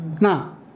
now